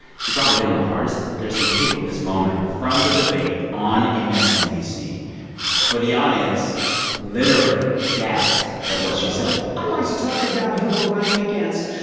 she probably hit him the hardest. there's some tape of this moment from the debate on msnbc where the audience literally and gasped at what she said i'd like to talk about who we're running against,